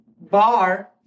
bar